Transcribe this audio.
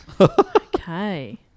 Okay